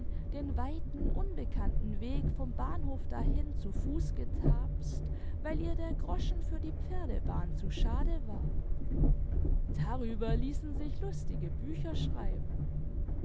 den weiten unbekannten weg vom bahnhof dahin zu fuß getappst weil ihr der groschen für die pferdebahn zu schade war darüber ließen sich lustige bücher schreiben